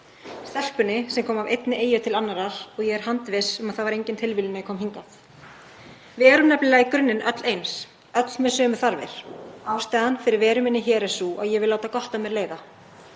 stelpunni sem kom frá einni eyju til annarrar, og ég er handviss um að það var engin tilviljun að ég kom hingað. Við erum nefnilega í grunninn öll eins, öll með sömu þarfir. Ástæðan fyrir veru minni hér er sú að ég vil láta gott af mér leiða.